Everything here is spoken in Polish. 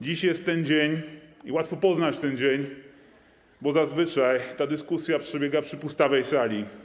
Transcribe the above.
Dziś jest ten dzień i łatwo poznać ten dzień, bo zazwyczaj ta dyskusja przebiega przy pustawej sali.